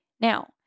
Now